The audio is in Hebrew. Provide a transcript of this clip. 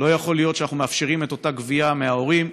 לא יכול להיות שאנחנו מאפשרים אותה גבייה מההורים.